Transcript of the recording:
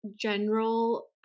general